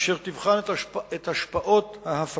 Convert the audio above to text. אשר תבחן את השפעות ההפקה.